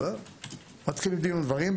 מתחיל דין ודברים.